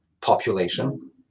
population